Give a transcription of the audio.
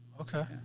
Okay